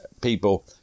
people